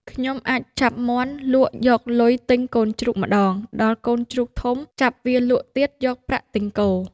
ខ្ញុំអាចចាប់មាន់លក់យកលុយទិញកូនជ្រូកម្តង ដល់កូនជ្រូកធំចាប់វាលក់ទៀតយកប្រាក់ទិញគោ...។